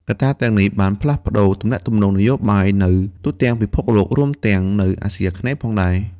កត្តាទាំងនេះបានផ្លាស់ប្តូរទំនាក់ទំនងនយោបាយនៅទូទាំងពិភពលោក រួមទាំងនៅអាស៊ីអាគ្នេយ៍ផងដែរ។